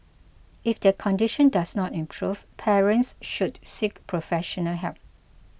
if their condition does not improve parents should seek professional help